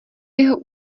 jeho